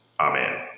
amen